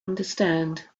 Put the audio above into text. understand